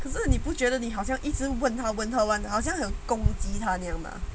可是你不觉得你好像一直问她问你好像很攻击他这样